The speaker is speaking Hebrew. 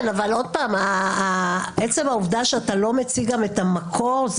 אבל עוד פעם: עצם העובדה שאתה לא מציג את המקור,